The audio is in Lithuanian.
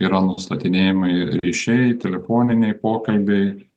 yra nustatinėjami ir ryšiai telefoniniai pokalbiai